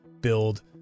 build